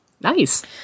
Nice